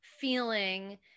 feeling